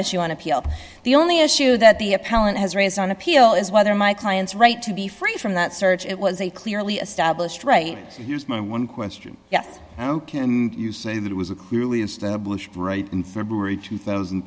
issue on appeal the only issue that the appellant has raised on appeal is whether my client's right to be free from that search it was a clearly established right one question yes how can you say that it was a clearly established right in february two thousand